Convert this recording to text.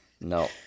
no